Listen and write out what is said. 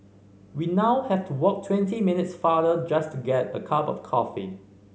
we now have to walk twenty minutes farther just to get a cup of coffee